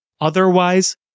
Otherwise